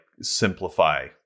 simplify